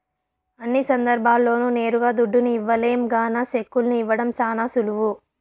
అన్ని సందర్భాల్ల్లోనూ నేరుగా దుడ్డుని ఇవ్వలేం గాన సెక్కుల్ని ఇవ్వడం శానా సులువు